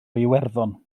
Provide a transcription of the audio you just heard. iwerddon